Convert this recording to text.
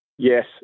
Yes